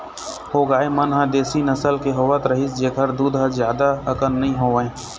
ओ गाय मन ह देसी नसल के होवत रिहिस जेखर दूद ह जादा अकन नइ होवय